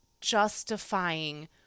justifying